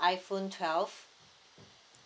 iPhone twelve